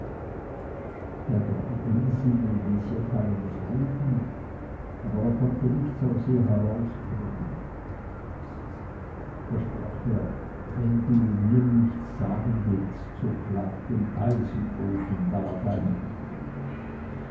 er drang in sie und ließ ihr keinen frieden aber er konnte nichts aus ihr herausbringen da sprach er wenn du mirs nicht sagen willst so klag dem eisenofen da dein leid